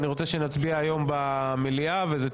אני רוצה שנצביע היום במליאה,